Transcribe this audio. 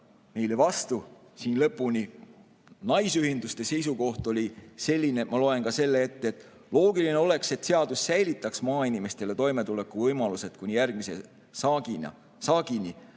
lõpuni vastu. Naisühenduste seisukoht oli selline, ma loen selle ette: "Loogiline oleks, et seadus säilitaks maainimestele toimetulekuvõimalused kuni järgmise saagini,